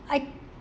I